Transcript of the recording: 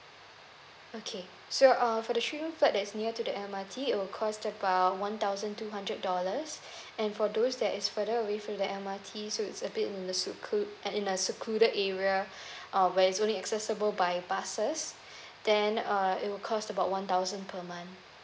okay so uh for the three room flat that it's near to the M_R_T it will cost about one thousand two hundred dollars and for those that is further away from the M_R_T so it's a bit in a seclude uh in a secluded area uh where is only accessible by buses then uh it will cost about one thousand per month